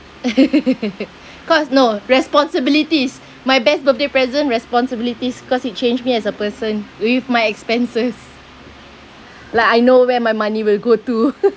cause no responsibilities my best birthday present responsibilities cause it changed me as a person with my expenses like I know where my money will go to